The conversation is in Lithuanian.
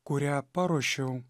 kurią paruošiau